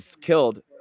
killed